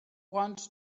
want